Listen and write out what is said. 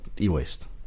E-waste